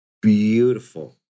beautiful